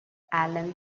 alan